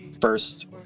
first